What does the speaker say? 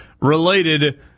related